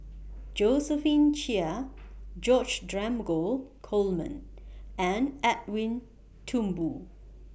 Josephine Chia George Dromgold Coleman and Edwin Thumboo